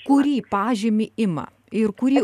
kurį pažymį ima ir kurį